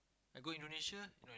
I go Indonesia